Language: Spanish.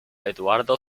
eduardo